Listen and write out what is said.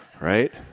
Right